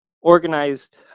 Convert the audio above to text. organized